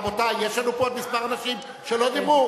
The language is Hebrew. רבותי, יש לנו פה עוד כמה אנשים שלא דיברו.